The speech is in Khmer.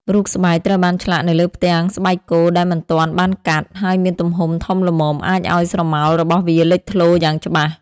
រូបស្បែកត្រូវបានឆ្លាក់នៅលើផ្ទាំងស្បែកគោដែលមិនទាន់បានកាត់ ហើយមានទំហំធំល្មមអាចឱ្យស្រមោលរបស់វាលេចធ្លោយ៉ាងច្បាស់។